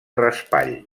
raspall